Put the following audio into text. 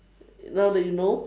now that you know